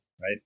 right